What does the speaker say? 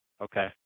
Okay